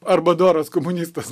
arba doras komunistas